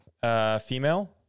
Female